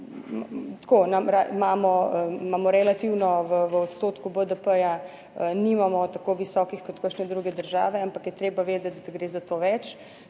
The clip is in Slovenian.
tako, imamo relativno v odstotku BDP nimamo tako visokih kot kakšne druge države, ampak je treba vedeti, da gre za to več,